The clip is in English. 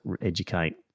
educate